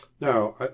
Now